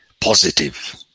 positive